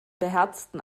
beherzten